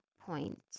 point